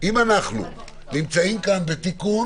אם אנחנו נמצאים כאן בתיקון